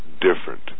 different